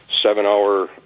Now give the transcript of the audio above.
seven-hour